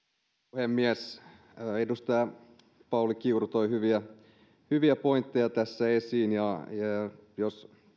puhemies edustaja pauli kiuru toi hyviä hyviä pointteja tässä esiin jos